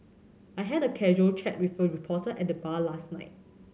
I had a casual chat with a reporter at the bar last night